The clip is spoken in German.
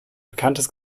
bekanntes